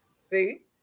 see